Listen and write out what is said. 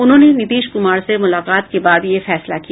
उन्होंने नीतीश कुमार से मुलाकात के बाद यह फैसला किया